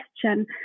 question